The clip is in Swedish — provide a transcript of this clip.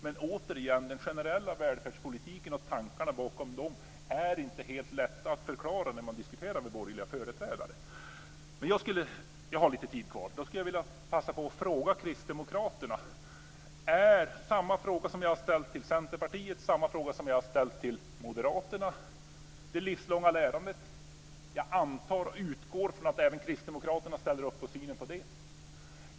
Men återigen: Den generella välfärdspolitiken och tankarna bakom den är inte helt lätt att förklara när man diskuterar med borgerliga företrädare. Jag har lite talartid kvar och vill därför passa på att ställa samma fråga till Kristdemokraterna som jag har ställt till Centerpartiet och Moderaterna. Jag antar och utgår från att även Kristdemokraterna ställer upp på synen på det livslånga lärandet.